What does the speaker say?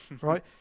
right